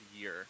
year